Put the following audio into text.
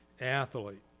athlete